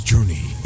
journey